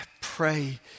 pray